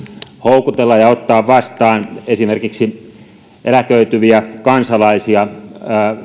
houkutella ja ottaa vastaan esimerkiksi eläköityviä kansalaisia